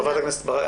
חברת הכנסת ברק,